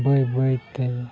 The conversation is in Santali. ᱵᱟᱹᱭ ᱵᱟᱹᱭ ᱛᱮ